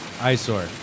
eyesore